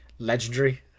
legendary